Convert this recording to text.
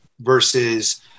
versus